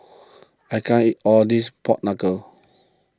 I can't eat all this Pork Knuckle